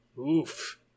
Oof